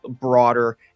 broader